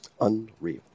unreal